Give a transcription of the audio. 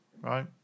right